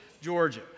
Georgia